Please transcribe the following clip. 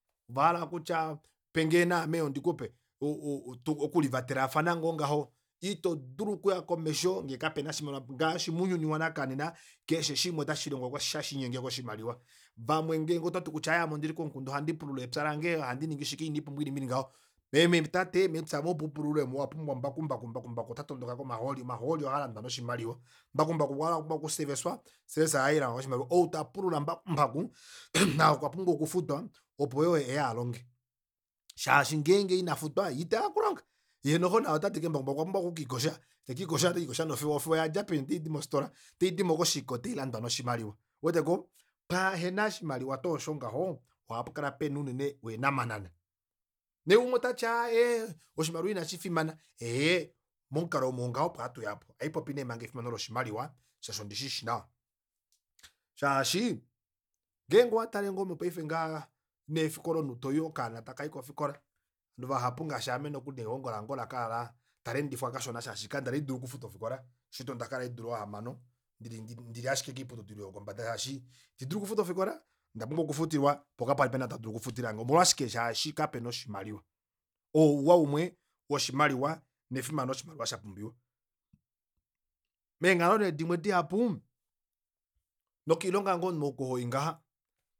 Ovahala kutya penge naameyo ndikupe okulivatelafana ngoo ngaho ito dulu okuya komesho ngee kapena oshimaliwa ngaashi mounyuni wanakanena keshe shimwe ota shiinyenge koshimaliwa vamwe ngeenge ototi kutya aaye ame ondili komukunda ohandi pulula epya lange ihiiningi shike iinipumbwa iinima ili ngaho meme tate mepya omo opo upululemo owapumbwa mbakumbaku, mbakumbaku mbakumbaku ota tondoka komahooli omahooli omahooli ohaalandwa noshimaliwa mbakumbaku okwa pumbwa oku service ohailongwa noshimaliwa outapulula outapulula nambakumbaku naye okwa pumbwa okufutwa opo yoo euye alonge shaashi ngeenge inafutwa iteya okulonga yeenoxo nau tati aike mbaku mbaku okwa pumbwa oku kiikosha tekiikosha nofewa ofewa oyadja peni otaidi mofitola otaidimbo koshike otailandwa noshimaliwa ouweteko pwaahena oshimaliwa tuu osho ngaho ohapukala pena unene eenamanana yee umwe otati aaye oshimaliwa ina shifimana ee momukalo omo ngaho opo hatuyapo ohaipopi neemanga efimano loshimaliwa shaashi ondishishi nawa shaashi ngeenge owatale ngoo mopaife ngaha neefikola omunhu toi okaana takai kofikola ovanhu vahapu ngaashi ame nelihongo lange olakala taleendifwa kashona shashi kandali haidulu okufuta ofikola ondakala eedula hamano ndili ashike koiputudilo yopombada shaashi itiidulu okufuta ofikola ondapumbwa okufutilwa poo kapali pena oo tadulu okufutilange omolwashike shaashi kapena oshimaliwa oo ouwa umwe woshimaliwa nefimbo oshimaliwa shapumbiwa meenghalo nee dimwe dihapu nokoilonga ngoo oko omunhu hoi ngaha